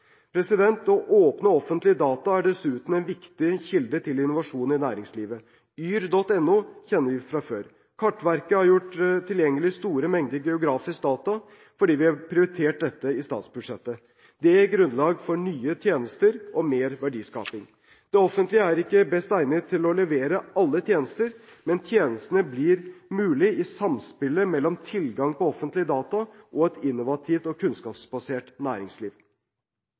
Åpne, offentlige data er dessuten en viktig kilde til innovasjon i næringslivet. Yr.no kjenner vi fra før. Kartverket har gjort tilgjengelig store mengder geografiske data fordi vi har prioritert dette i statsbudsjettet. Det gir grunnlag for nye tjenester og mer verdiskaping. Det offentlige er ikke best egnet til å levere alle tjenester, men tjenestene blir mulige i samspillet mellom tilgang på offentlige data og et innovativt og kunnskapsbasert næringsliv.